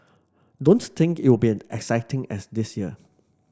don't think it will be as exciting as this year